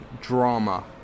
drama